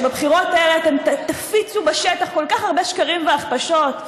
שבבחירות האלה אתם תפיצו בשטח כל כך הרבה שקרים והכפשות,